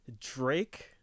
Drake